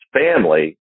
family